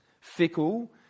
fickle